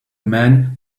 man